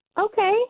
okay